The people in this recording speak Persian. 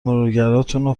مرورگراتونو